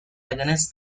against